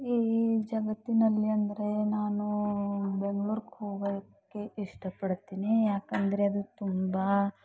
ಈ ಜಗತ್ತಿನಲ್ಲಿ ಅಂದರೆ ನಾನು ಬೆಂಗಳೂರಿಗೆ ಹೋಗೋಕ್ಕೆ ಇಷ್ಟಪಡ್ತೀನಿ ಏಕೆಂದ್ರೆ ಅದು ತುಂಬ